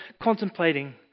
contemplating